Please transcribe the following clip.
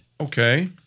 Okay